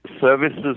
services